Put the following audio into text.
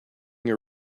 your